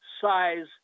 size